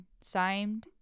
Signed